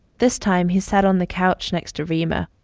this time, he sat on the couch next to reema.